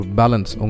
balance